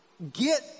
get